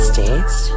States